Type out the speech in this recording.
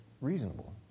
reasonable